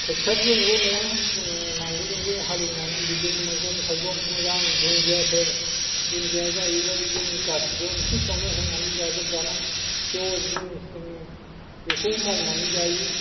tractor जोंल' नङा जोङो नांगालजोंबो हालेवनानै बिदिनो मैगं थाइगं मोजां दुनदियाफोर दुनदिया जाहैबाय जोंनि गासिबो ओंख्रिफ्रावनो होनानै जाजोब जानाय फियर जिनिस जोङो बेखौ मावनानै जायो